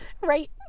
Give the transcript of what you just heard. Right